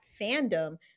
fandom